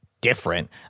different